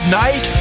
night